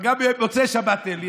גם במוצאי שבת אין לי,